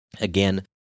Again